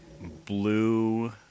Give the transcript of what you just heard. blue